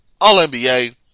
All-NBA